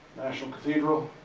national cathedral.